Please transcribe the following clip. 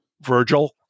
Virgil